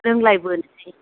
लोंलायबोनोसै